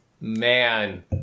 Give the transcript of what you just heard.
Man